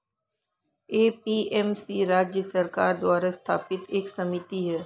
APMC राज्य सरकार द्वारा स्थापित एक समिति है